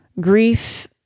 Grief